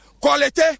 quality